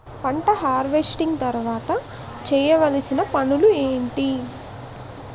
పంట హార్వెస్టింగ్ తర్వాత చేయవలసిన పనులు ఏంటి?